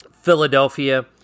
Philadelphia